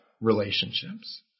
relationships